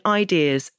ideas